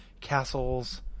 castles